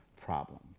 problem